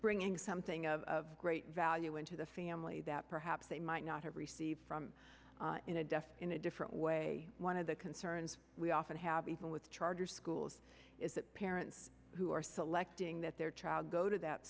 bringing something of of great value went to the family that perhaps they might not have received from in a desk in a different way one of the concerns we often have even with charter schools is that parents who are selecting that their child go to that